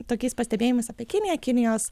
tokiais pastebėjimais apie kiniją kinijos